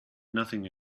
nothing